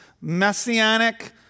messianic